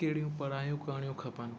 कहिड़ियूं पढ़ायूं करिणियूं खपनि